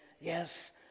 yes